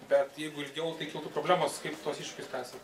bet jeigu ilgiau tai kiltų problemos kaip tuos iššūkius spręsit